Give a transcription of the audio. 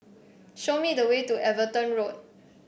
show me the way to Everton Road